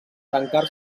tancar